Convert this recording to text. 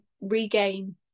regain